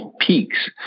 peaks